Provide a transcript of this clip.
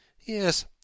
Yes